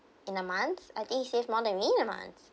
in a month I think he saved more than me in a month